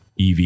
EV